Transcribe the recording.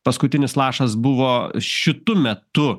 paskutinis lašas buvo šitu metu